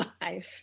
life